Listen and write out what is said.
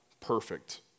perfect